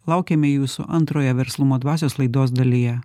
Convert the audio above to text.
laukiame jūsų antrojo verslumo dvasios laidos dalyje